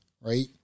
right